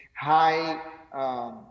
high